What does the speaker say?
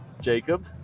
Jacob